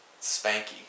spanky